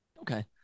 Okay